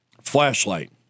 flashlight